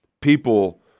people